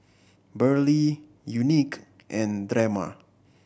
Burley Unique and Drema